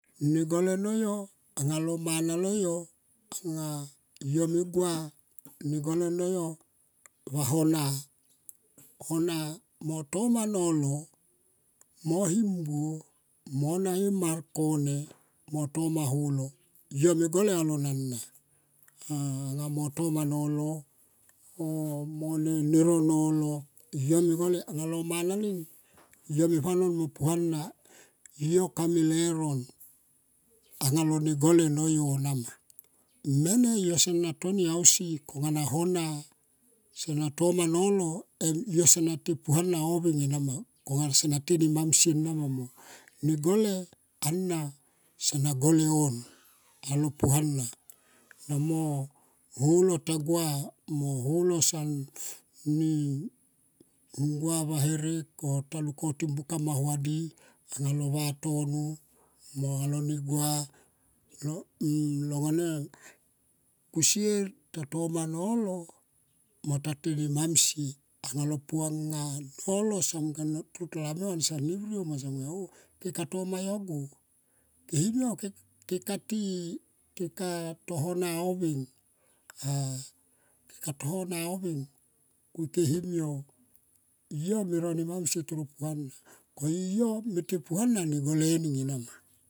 Negole no yo anga lo mana no yo anga yo anga yo me gua negole noyo va hona mo toma nolo mo him buo mo na e mar kone ma holo yo me gole alo nana anga mo toma nolo oh mo ne ro nolo anga lo mana leng yo me vanon mo pua na yo kame leron anga lo ne gole no yo nama mene yo sona toni ausi konga na hona sona toma nolo yo sona te puango on veng ena ma konga sona tene mamsier. Negole ana sana gole on alo puhana na mo holo tagua mo holo son ni gua va herek oh tin lukautim buka mau va ni mo ta te ne mam sie anga lo puanga nolo son toro ta lami huan son ni vriou mo son oh kek toma yo go ke ka ti hona oveng ke kati to hona oveng ku ike him yo. Yo me ro nemam sie toro pu ana ko yo me te puana negole aning ena ma.